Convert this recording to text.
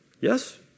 Yes